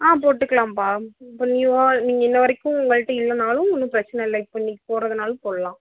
ஆ போட்டுக்கலாம்பா இப்போ நியூவாக நீங்கள் இன்னி வரைக்கும் உங்கள்கிட்ட இல்லைனாலும் ஒன்றும் பிரச்சின இல்லை இப்போ இன்னிக்கு போட்டுறதுனாலும் போடலாம்